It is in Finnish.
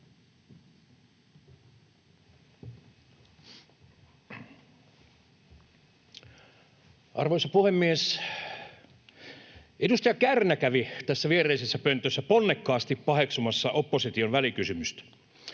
Arvoisa puhemies! Edustaja Kärnä kävi tässä viereisessä pöntössä ponnekkaasti paheksumassa opposition välikysymystä.